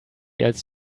else